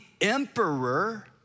emperor